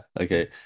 okay